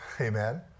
Amen